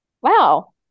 Wow